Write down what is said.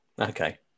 Okay